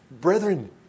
Brethren